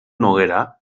noguera